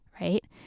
right